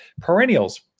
perennials